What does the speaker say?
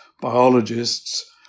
biologists